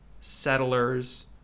settlers